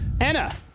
anna